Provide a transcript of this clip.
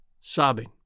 sobbing